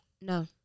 No